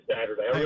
Saturday